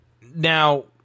now